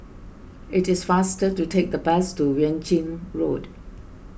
it is faster to take the bus to Yuan Ching Road